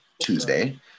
Tuesday